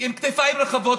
עם כתפיים רחבות,